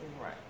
Right